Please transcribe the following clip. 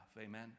amen